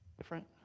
different